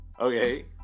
Okay